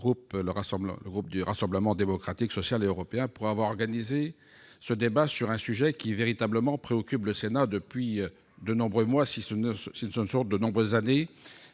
le groupe du Rassemblement Démocratique Social et Européen d'avoir organisé ce débat sur un sujet qui préoccupe le Sénat depuis de nombreux mois, sinon de nombreuses années.